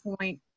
point